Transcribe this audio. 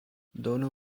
donu